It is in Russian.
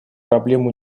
проблему